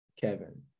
Kevin